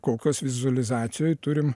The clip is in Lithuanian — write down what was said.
kokios vizualizacijoj turim